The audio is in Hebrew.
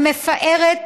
המפארת